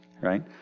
Right